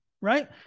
right